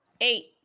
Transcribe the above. Eight